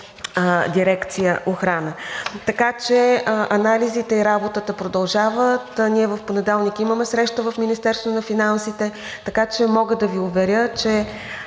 дирекция „Охрана“. Анализите и работата продължават. В понеделник имаме среща в Министерството на финансите, така че мога да Ви уверя, че